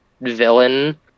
villain